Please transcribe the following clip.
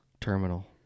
terminal